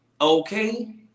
okay